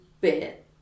bit